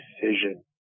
decision